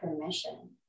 permission